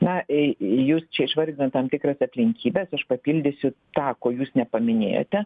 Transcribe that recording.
na į jūs čia išvardinot tam tikras aplinkybes aš papildysiu tą ko jūs nepaminėjote